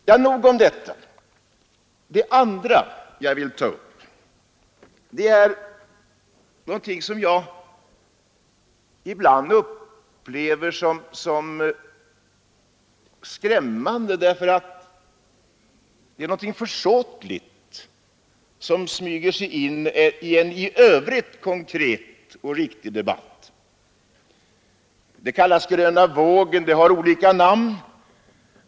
Nog sagt om detta. Något annat som jag vill ta upp är en företeelse som jag ibland upplever som skrämmande, därför att den försåtligt kan smyga sig in i en i övrigt konkret och riktig debatt. Den har olika namn. Den kallas ibland gröna vågen.